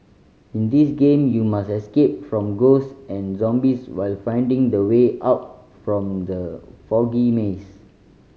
in this game you must escape from ghosts and zombies while finding the way out from the foggy maze